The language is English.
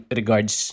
regards